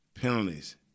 penalties